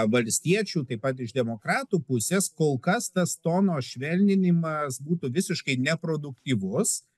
valstiečių taip pat iš demokratų pusės kol kas tas tono švelninimas būtų visiškai neproduktyvus